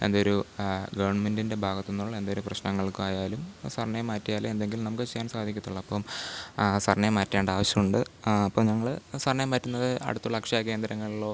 എന്തൊരു ഗവൺമെൻറിൻ്റെ ഭാഗത്തു നിന്നുള്ള എന്തൊരു പ്രശ്നങ്ങൾക്കായാലും സർനെയിം മാറ്റിയാലേ എന്തെങ്കിലും നമുക്ക് ചെയ്യാൻ സാധിക്കുള്ളൂ അപ്പം സർനെയിം മാറ്റേണ്ട ആവശ്യമുണ്ട് ആ അപ്പം ഞങ്ങൾ സർനെയിം മാറ്റുന്നത് അടുത്തുള്ള അക്ഷയ കേന്ദ്രങ്ങളിലോ